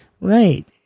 right